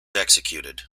executed